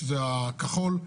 שזה הכחול,